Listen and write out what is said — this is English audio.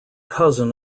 cousin